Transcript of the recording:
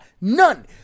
None